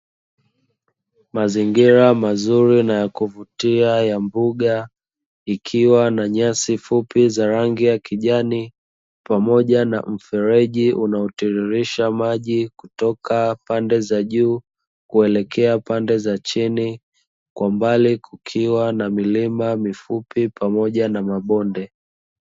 Mazingira mazuri na ya kuvutia ya mbuga ikiwa na nyasi fupi za rangi ya kijani pamoja na mfereji unaotiririsha maji kutoka pande za juu kuelekea pande za chini, kwa mbali kukiwa na milima mifupi pamoja na mabonde.